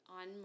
on